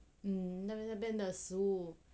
mm 那边那边的食